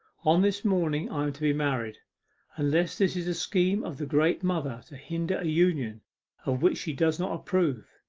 on this morning i am to be married unless this is a scheme of the great mother to hinder a union of which she does not approve.